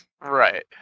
Right